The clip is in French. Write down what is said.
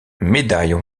médailles